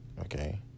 okay